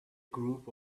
group